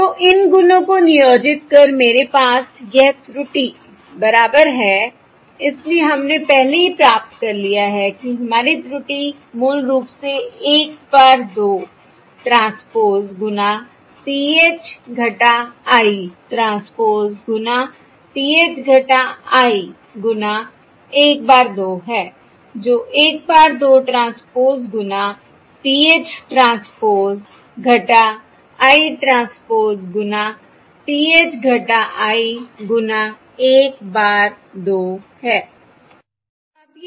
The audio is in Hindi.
तो इन गुणों को नियोजित कर मेरे पास यह त्रुटि बराबर है इसलिए हमने पहले ही प्राप्त कर लिया है कि हमारी त्रुटि मूल रूप से 1 bar 2 ट्रांसपोज़ गुना PH - I ट्रांसपोज़ गुना PH - I गुना 1 bar 2 है जो 1 bar 2 ट्रांसपोज़ गुना PH ट्रांसपोज़ - I ट्रांसपोज़ गुना PH - I गुना 1 bar 2 है